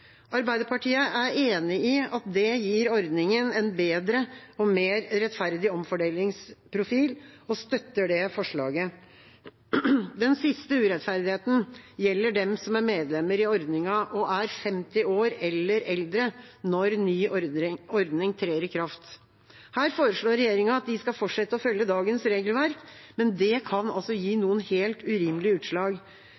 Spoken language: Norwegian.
bedre og mer rettferdig omfordelingsprofil, og støtter det forslaget. Den siste urettferdigheten gjelder dem som er medlemmer i ordningen og er 50 år eller eldre når ny ordning trer i kraft. Her foreslår regjeringa at de skal fortsette å følge dagens regelverk, men det kan gi noen helt urimelige utslag. Dette er personer som kan ha mange år igjen i yrkeslivet, men stenges altså